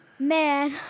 Man